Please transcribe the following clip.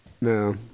No